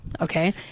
okay